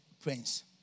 prince